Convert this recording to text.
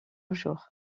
jour